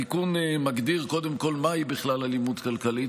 התיקון מגדיר קודם כול מהי בכלל אלימות כלכלית.